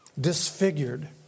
disfigured